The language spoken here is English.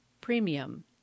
premium